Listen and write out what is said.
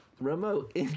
Remote